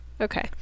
Okay